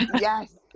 yes